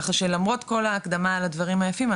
כך שלמרות כל ההקדמה על הדברים היפים,